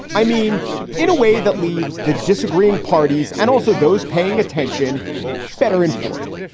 i mean in a way that leaves the disagreeing parties and also those paying attention better informed.